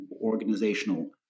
organizational